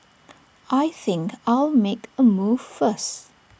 I think I'll make A move first